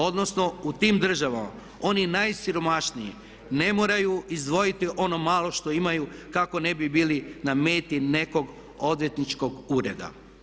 Odnosno u tim državama oni najsiromašniji ne moraju izdvojiti ono malo što imaju kako ne bi bili na meti nekog odvjetničkog ureda.